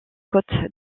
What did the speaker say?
côte